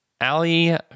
ali